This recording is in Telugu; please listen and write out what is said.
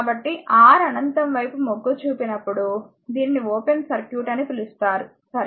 కాబట్టి R అనంతం వైపు మొగ్గు చూపినప్పుడు దీనిని ఓపెన్ సర్క్యూట్ అని పిలుస్తారు సరే